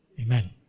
Amen